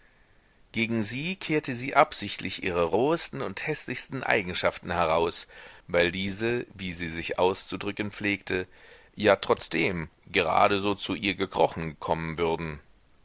gegen sie kehrte sie absichtlich ihre rohesten und häßlichsten eigenschaften heraus weil diese wie sie sich auszudrücken pflegte ja trotzdem gerade so zu ihr gekrochen kommen würden